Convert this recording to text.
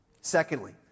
Secondly